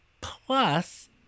plus